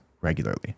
regularly